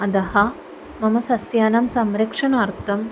अतः मम सस्यानां संरक्षणार्थं